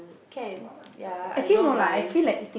can ya I don't mind